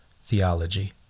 theology